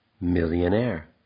millionaire